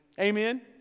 Amen